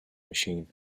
machine